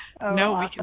No